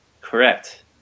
Correct